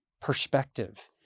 perspective